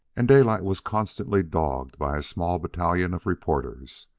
and daylight was constantly dogged by a small battalion of reporters.